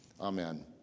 Amen